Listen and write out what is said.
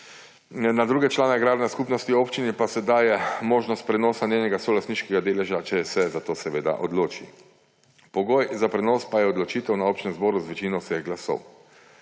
na druge člane agrarne skupnosti, občini pa se daje možnost prenosa njenega solastniškega deleža, če se za to seveda odloči. Pogoj za prenos pa je odločitev na občnem zboru z večino vseh glasov.